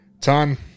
Ton